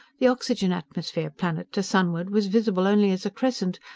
the oxygen-atmosphere planet to sunward was visible only as a crescent,